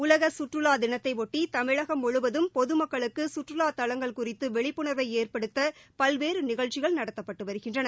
உலக சுற்றுலா தினத்தையொட்டி தமிழகம் முழுவதும் பொதுமக்களுக்கு சுற்றுவாத் தவங்கள் குறித்து விழிப்புணர்வை ஏற்படுத்த பல்வேறு நிகழ்ச்சிகள் நடத்தப்பட்டு வருகின்றன